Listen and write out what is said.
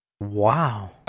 Wow